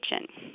kitchen